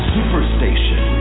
Superstation